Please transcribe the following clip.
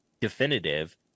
definitive